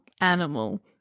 animal